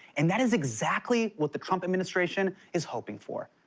and that is exactly what the trump administration is hoping for.